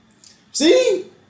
See